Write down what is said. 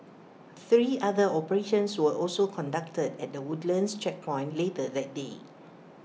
three other operations were also conducted at the Woodlands checkpoint later that day